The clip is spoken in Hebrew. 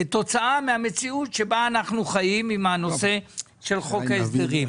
כתוצאה מהמציאות שבה אנחנו חיים עם הנושא של חוק ההסדרים.